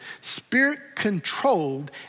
spirit-controlled